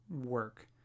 work